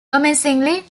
amazingly